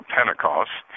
Pentecost